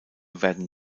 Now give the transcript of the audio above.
werden